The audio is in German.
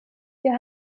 wir